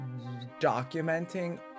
documenting